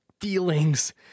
feelings